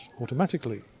automatically